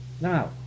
now